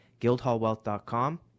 guildhallwealth.com